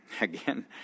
again